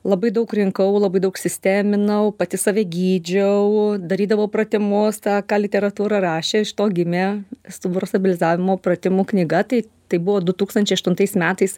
labai daug rinkau labai daug sisteminau pati save gydžiau darydavau pratimus tą ką literatūra rašė iš to gimė stuburo stabilizavimo pratimų knyga tai tai buvo du tūkstančiai aštuntais metais